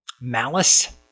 malice